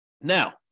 Now